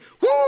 Woo